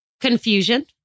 confusion